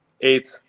eight